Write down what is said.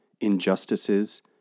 injustices